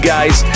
Guys